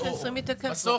בסוף,